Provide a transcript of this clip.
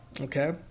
Okay